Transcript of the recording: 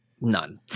none